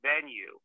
venue